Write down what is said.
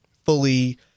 Fully